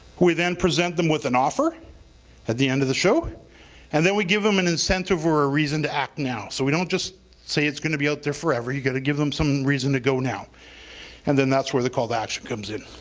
we then present them with an offer at the end of the show and then we give them an incentive or a reason to act now so we don't just say it's gonna be out there forever, you've gotta give them some reason to go now and then that's where the call to action comes in.